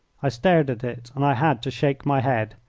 i stared at it, and i had to shake my head.